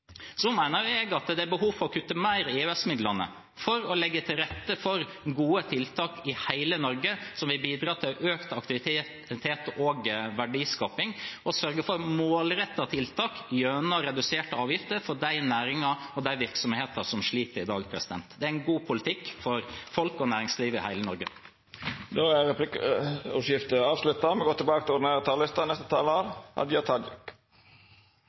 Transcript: Jeg mener det er behov for å kutte mer i EØS-midlene for å legge til rette for gode tiltak i hele Norge som vil bidra til økt aktivitet og verdiskaping og sørge for målrettede tiltak gjennom reduserte avgifter for de næringene og de virksomhetene som sliter i dag. Det er god politikk for folk og næringslivet i hele Norge. Replikkordskiftet er